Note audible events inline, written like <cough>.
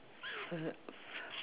<noise>